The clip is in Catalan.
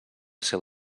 seu